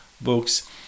books